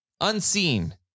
unseen